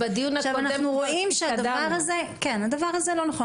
אנחנו רואים שהדבר הזה הוא לא נכון,